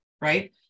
right